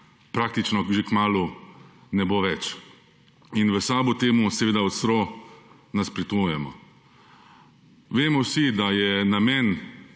praktično že kmalu ne bo več. In v SAB temu ostro nasprotujemo. Vemo vsi, da je namen